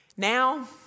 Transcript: Now